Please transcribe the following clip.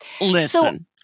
Listen